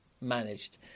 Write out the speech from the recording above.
managed